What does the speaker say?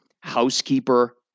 housekeeper